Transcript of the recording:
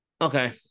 Okay